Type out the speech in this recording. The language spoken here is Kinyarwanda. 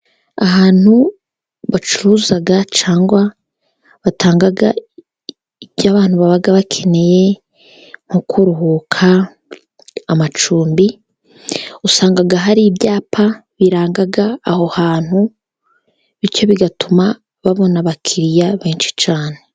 Ahantu bacuruza cyangwa batanga icyo abantu baba bakeneye nko kuruhuka, amacumbi usanga hari ibyapa biranga aho hantu, bityo bigatuma babona abakiriya benshi cyane.